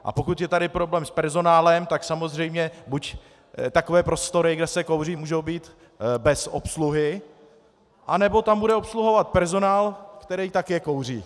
A pokud je tedy problém s personálem, tak samozřejmě buď takové prostory, kde se kouří, můžou být bez obsluhy, anebo tam bude obsluhovat personál, který také kouří.